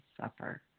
suffer